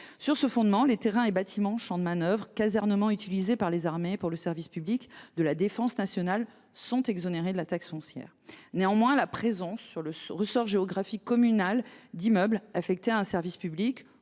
Sur ce fondement, les terrains ou bâtiments, les champs de manœuvre et les casernements utilisés par les armées pour le service public de la défense nationale sont exonérés de la taxe foncière. Néanmoins, la présence sur le ressort géographique communal d’immeubles affectés à un service public